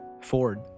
Ford